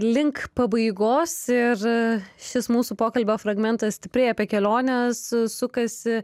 link pabaigos ir šis mūsų pokalbio fragmentas stipriai apie keliones sukasi